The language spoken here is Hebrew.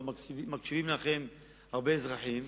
גם מקשיבים לכם הרבה אזרחים,